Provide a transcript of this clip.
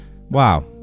Wow